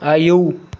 आयौ